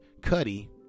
Cuddy